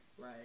right